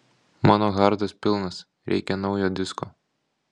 mano hardas pilnas reikia naujo disko